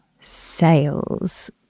sales